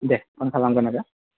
दे फन खालामगोन आरो